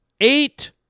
eight